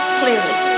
clearly